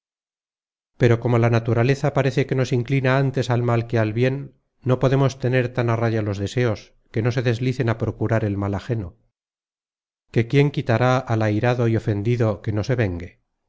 pero como la naturaleza parece que nos inclina ántes al mal que al bien no podemos tener tan á raya los deseos que no se deslicen á procurar el mal ajeno que quién quitará al airado y ofendido que no se vengue